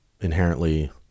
inherently